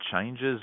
changes